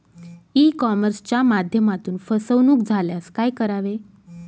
E कॉमर्सच्या माध्यमातून फसवणूक झाल्यास काय करावे?